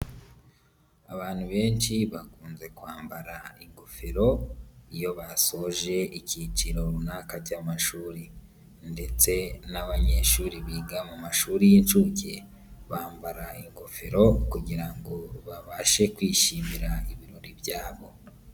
Abantu benshi bakunze kwambara ingofero iyo basoje icyiciro runaka cy'amashuri ndetse n'abanyeshuri biga mu mashuri y'inshuke, bambara ingofero kugira ngo babashe kwishimira ibirori byabo.